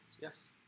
Yes